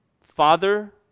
Father